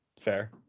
fair